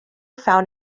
found